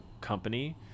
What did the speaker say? company